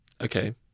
Okay